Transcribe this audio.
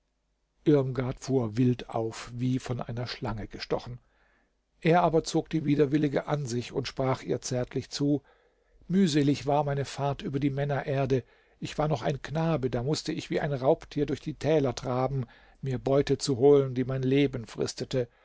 irmgard fuhr wild auf wie von einer schlange gestochen er aber zog die widerwillige an sich und sprach ihr zärtlich zu mühselig war meine fahrt über die männererde ich war noch ein knabe da mußte ich wie ein raubtier durch die täler traben mir beute zu holen die mein leben fristete